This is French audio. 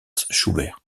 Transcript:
schubert